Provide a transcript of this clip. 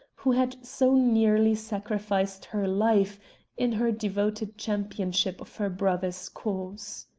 who had so nearly sacrificed her life in her devoted championship of her brother's cause.